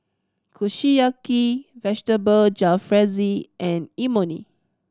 Kushiyaki Vegetable Jalfrezi and Imoni